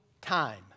time